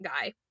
guy